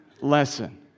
lesson